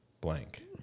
blank